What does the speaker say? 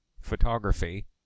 photography